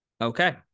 Okay